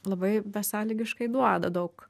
labai besąlygiškai duoda daug